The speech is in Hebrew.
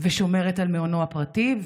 ושומרת על מעונו הפרטי,